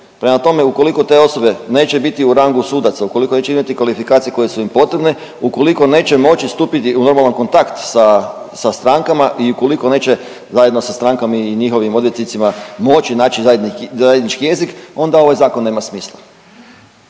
Prema tome ukoliko te osobe neće biti u rangu sudaca, ukoliko neće imati kvalifikacije koje su im potrebne, ukoliko neće moći stupiti u normalan kontakt sa strankama i ukoliko neće zajedno sa strankama i njihovim odvjetnicima moći naći zajednički jezik onda ovaj zakon nema smisla.